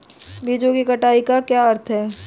बीजों की कटाई का क्या अर्थ है?